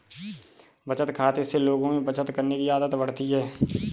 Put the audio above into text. बचत खाते से लोगों में बचत करने की आदत बढ़ती है